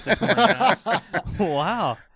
wow